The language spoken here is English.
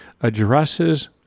addresses